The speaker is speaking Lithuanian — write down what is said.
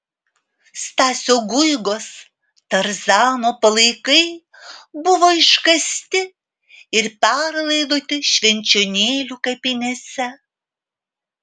stasio guigos tarzano palaikai buvo iškasti ir perlaidoti švenčionėlių kapinėse